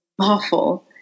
awful